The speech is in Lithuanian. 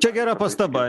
čia gera pastaba